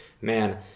man